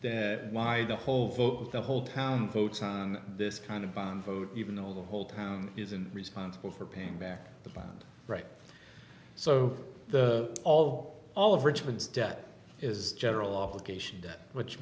then why the whole focus the whole town votes on this kind of bond even though the whole town isn't responsible for paying back the bond right so the all all of richmond's debt is general off the cation debt which